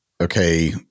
okay